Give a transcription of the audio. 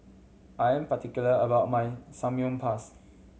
I am particular about my Samgyeopsal